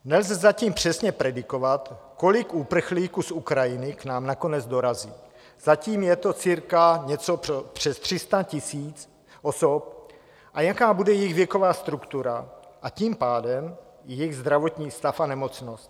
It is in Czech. Nelze zatím přesně predikovat, kolik uprchlíků z Ukrajiny k nám nakonec dorazí, zatím je to cirka něco přes 300 000 osob, a jaká bude jejich věková struktura, a tím pádem i jejich zdravotní stav a nemocnost.